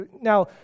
Now